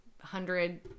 hundred